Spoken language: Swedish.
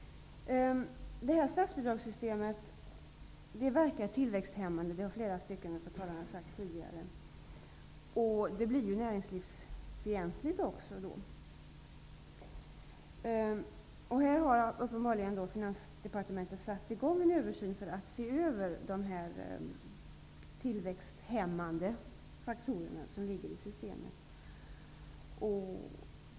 Det här statsbidragssystemet verkar tillväxthämmande. Det har flera talare sagt tidigare. Det blir då också näringslivsfientligt. Finansdepartementet har uppenbarligen satt i gång en översyn för att se över de tillväxthämmande faktorer som ligger i systemet.